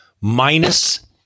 minus